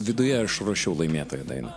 viduje aš ruošiau laimėtojo dainą